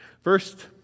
First